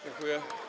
Dziękuję.